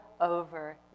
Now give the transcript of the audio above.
over